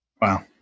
Wow